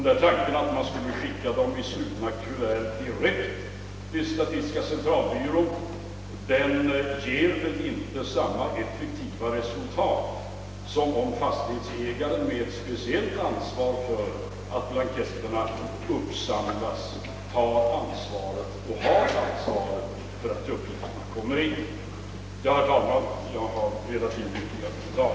Skulle uppgifterna skickas i slutna kuvert direkt till statistiska centralbyrån, blir nog inte resultatet lika effektivt som om de insamlas av fastighetsägare med ett speciellt ansvar för uppgiften. Jag har bara velat göra denna kommentar.